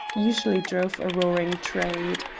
usually drove a roaring trade.